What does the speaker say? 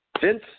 Vince